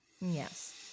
Yes